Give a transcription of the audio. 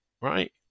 right